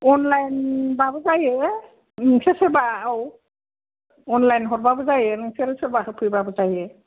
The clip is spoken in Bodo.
अनलाइन बाबो जायो नोंसोर सोरबा औ अनलाइन हरबाबो जायो नोंसोर सोरबा होफैबाबो जायो